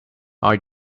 are